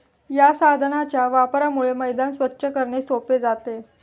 या साधनाच्या वापरामुळे मैदान स्वच्छ करणे सोपे जाते